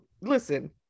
Listen